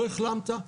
לא החלמת,